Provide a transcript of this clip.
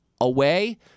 away